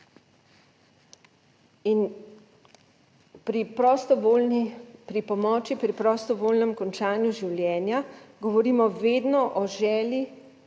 pri prostovoljnem končanju življenja govorimo vedno o želji,